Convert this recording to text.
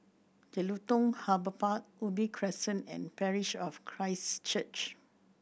Jelutung Harbour Park Ubi Crescent and Parish of Christ Church